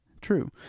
True